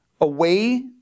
away